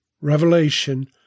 revelation